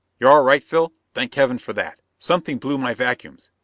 you're all right, phil? thank heaven for that! something blew my vacuums.